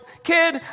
kid